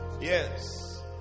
yes